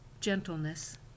gentleness